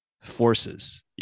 forces